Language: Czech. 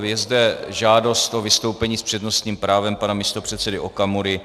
Je zde žádost o vystoupení s přednostním právem pana místopředsedy Okamury.